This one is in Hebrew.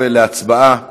תודה, אדוני.